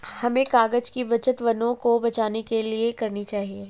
हमें कागज़ की बचत वनों को बचाने के लिए करनी चाहिए